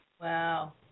Wow